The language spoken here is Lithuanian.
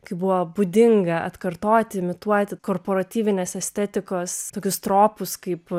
kai buvo būdinga atkartoti imituoti korporatyvinės estetikos tokius tropus kaip